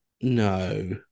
No